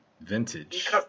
Vintage